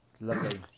lovely